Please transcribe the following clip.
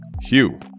Hugh